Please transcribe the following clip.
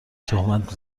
تهمت